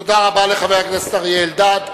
תודה רבה לחבר הכנסת אריה אלדד.